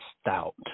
Stout